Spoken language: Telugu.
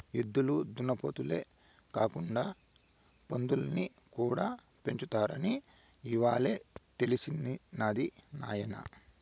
ఎద్దులు దున్నపోతులే కాకుండా పందుల్ని కూడా పెంచుతారని ఇవ్వాలే తెలిసినది నాయన